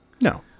No